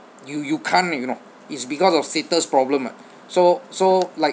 you you can't you know it's because of status problem [what] so so like